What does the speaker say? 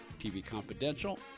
tvconfidential